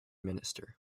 minister